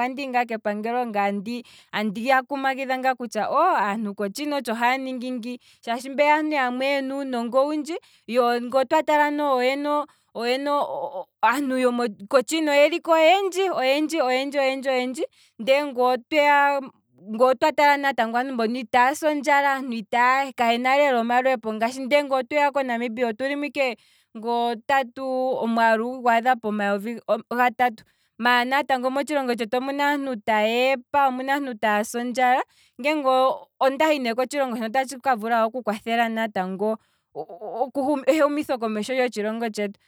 andihi ngaa kepangelo, ngaye andiya kumagidha kutya aantu kochina otsho haaningi ngi, shaashi nge otwa tala nango, oyena, aantu kochina oyeliko oyendji, oyendji oyendji oyendji ngoo twa tala aantu mbono itaya si ondjala, kayena lela omalweepo ngaashi, maala ngele otweya konamibia, otulimo ike ngoo tatu, omwaalu ike gwadha pomayovi gatatu, maala motshilongo tshetu omuna aantu ta yeepa, omuna aantu taasi ondjala, ngeenge ondahi kosthilongo hono otatshi ka vula naatango ehumitho komesho lyotshilongo tshetu